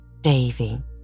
Davy